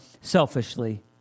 selfishly